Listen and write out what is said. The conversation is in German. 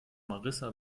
marissa